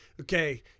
Okay